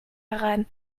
herein